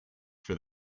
for